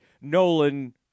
Nolan